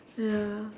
ya